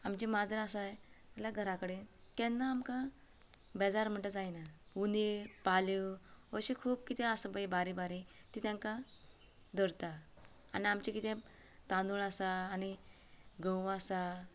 आमचीं माजरां आसाय जाल्यार घरा कडेन केन्ना आमकां बेजार म्हणटा जायना हुंदीर पाल्यो अशें खूब कितें आसा पळय बारीक बारीक ती तेंकां धरतात आनी आमचें कितें तांदूळ आसात आनी गंव आसात